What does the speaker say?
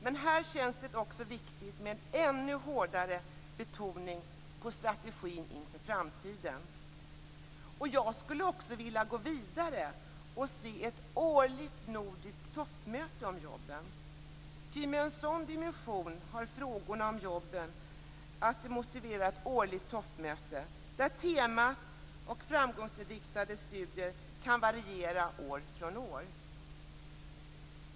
Men här känns det också viktigt med en ännu hårdare betoning på strategin inför framtiden. Jag skulle också vilja gå vidare och se ett årligt nordiskt toppmöte om jobben. Ty en sådan dimension har frågorna om jobben att det motiverar ett årligt toppmöte, där teman och framtidsinriktade studier kan variera år från år.